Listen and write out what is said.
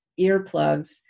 earplugs